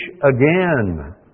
again